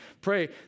Pray